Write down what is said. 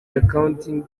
accounting